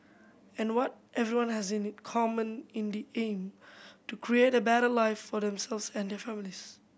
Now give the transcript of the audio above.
and what everyone has in common in the aim to create a better life for themselves and their families